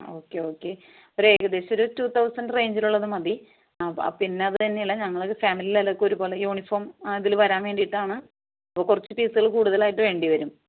okay okay ഒരു ഏകദേശം ഒരു ടു തൗസൻഡ് റേഞ്ചിൽ ഉള്ളത് മതി പിന്നെ അത് തന്നെയല്ല ഞങ്ങൾ ഒക്കെ ഫാമിലി എല്ലാം ഒരേപോലെ യൂണിഫോം ആ ഇതിൽ വരാൻ വേണ്ടിയിട്ടാണ് അപ്പോൾ കുറച്ച് പീസുകൾ കൂടുതലായിട്ട് വേണ്ടിവരും